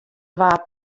waard